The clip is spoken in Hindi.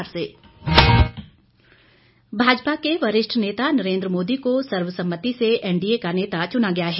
एनडीए भाजपा के वरिष्ठ नेता नरेन्द्र मोदी को सर्वसम्मति से एनडीए का नेता चुना गया है